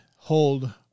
hold